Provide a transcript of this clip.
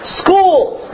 schools